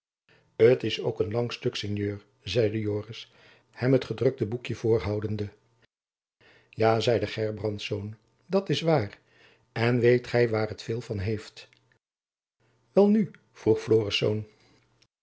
t is ook een lang stuk sinjeur zeide joris hem het gedrukte boekjen voorhoudende ja zeide gerbrandsz dat s waar en weet gy waar t veel van heeft wel nu vroeg